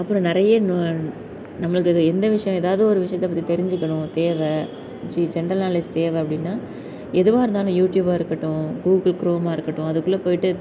அப்புறம் நிறைய நம்மளுக்கு அது எந்த விஷயோம் ஏதாவுது ஒரு விஷயத்த பற்றி தெரிஞ்சுக்கணும் தேவை ஜென்ரல் நாலேஜ் தேவை அப்படின்னா எதுவாக இருந்தாலும் யூடியூப்பாக இருக்கட்டும் கூகிள் க்ரோமாக இருக்கட்டும் அதுக்குள்ளே போய்ட்டு